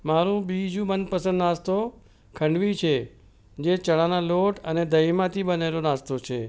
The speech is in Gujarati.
મારુ બીજું મનપસંદ નાસ્તો ખાંડવી છે જે ચણાના લોટ અને દહીંમાંથી બનેલો નાસ્તો છે